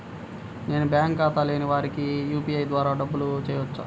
నేను బ్యాంక్ ఖాతా లేని వారికి యూ.పీ.ఐ ద్వారా డబ్బులు వేయచ్చా?